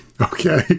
Okay